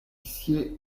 sied